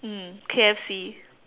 mm K_F_C